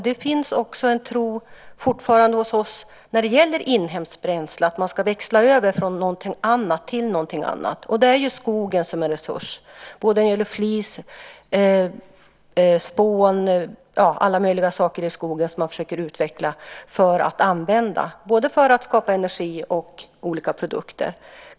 Det finns också fortfarande en tro hos oss när det gäller inhemskt bränsle såtillvida att man ska växla över från någonting till någonting annat. Det är ju skogen som är resurs när det gäller flis, spån och alla möjliga saker i skogen som man försöker utveckla för att använda för att skapa både energi och olika produkter.